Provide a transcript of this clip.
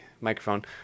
microphone